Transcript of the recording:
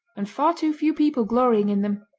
and far too few people glorying in them.